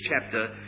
chapter